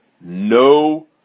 no